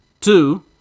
Two